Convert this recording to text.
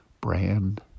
brand